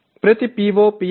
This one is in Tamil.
ஒவ்வொரு PO